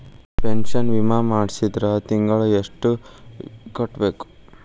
Pension ವಿಮಾ ಮಾಡ್ಸಿದ್ರ ತಿಂಗಳ ಎಷ್ಟು ಕಟ್ಬೇಕ್ರಿ?